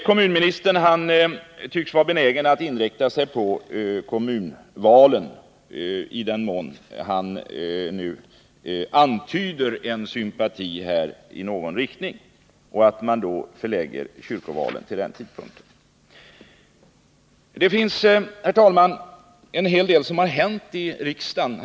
Kommunministern tycks, i den mån han antyder en sympati i någon riktning, vara benägen att förorda att kyrkofullmäktigvalen förläggs till samma tidpunkt som kommunalvalen.